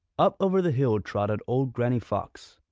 up over the hill trotted old granny fox.